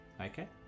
Okay